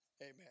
amen